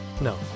No